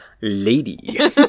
lady